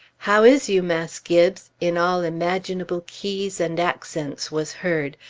how is you, mass' gibbes? in all imaginable keys and accents was heard,